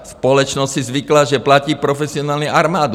Společnost si zvykla, že platí profesionální armádu.